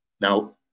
Now